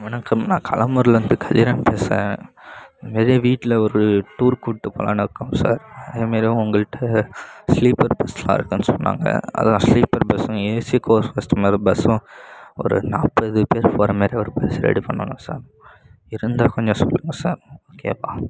வணக்கம் நான் களம்பூர்லேருந்து கலிராம் பேசுகிறேன் இந்தமேரி வீட்டில ஒரு டூர் கூட்டு போலாம்னு இருக்கோம் சார் அதேமாரி உங்கள்கிட்ட ஸ்லீப்பர் பஸ்லாம் இருக்குன்னு சொன்னாங்க அதுதான் ஸ்லீப்பர் பஸ்ஸும் ஏசி கோர்ஸ் கஸ்டமர் பஸ்ஸும் ஒரு நாற்பது பேர் போகிற மாரி ஒரு பஸ் ரெடி பண்ணனும் சார் இருந்தால் கொஞ்சம் சொல்லுங்க சார் ஓகேப்பா